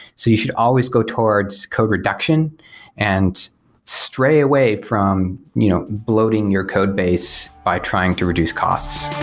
so you should always go towards co-reduction and stray away from you know bloating your code base by trying to reduce costs.